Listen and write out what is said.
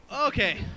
Okay